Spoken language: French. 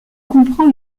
comprend